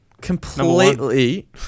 completely